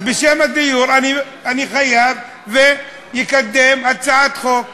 אז בשם הדיור אני חייב לקדם הצעת חוק.